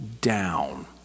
down